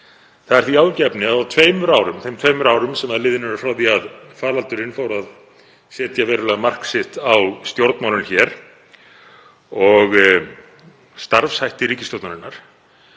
Það er því áhyggjuefni að á þeim tveimur árum sem liðin eru frá því að faraldurinn fór að setja verulega mark sitt á stjórnmálin hér og starfshætti ríkisstjórnarinnar